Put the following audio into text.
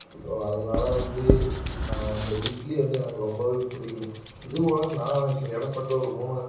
so அதனால வந்து நான் அந்த இட்லி வந்து எனக்கு ரொம்பவே பிடிக்கும் இதுபோல் நான் இப்போ இடப்பட்ட ஒரு மூணு